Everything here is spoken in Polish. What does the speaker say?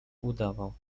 udawał